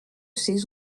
ses